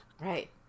Right